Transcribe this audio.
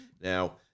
Now